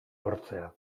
lortzea